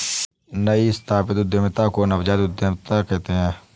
नई स्थापित उद्यमिता को नवजात उद्दमिता कहते हैं